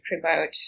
promote